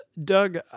Doug